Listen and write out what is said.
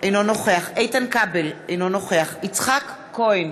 אינו נוכח איתן כבל, אינו נוכח יצחק כהן,